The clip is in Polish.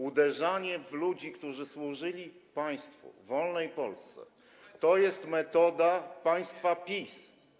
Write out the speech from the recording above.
Uderzanie w ludzi, którzy służyli państwu, wolnej Polsce, to jest metoda państwa PiS.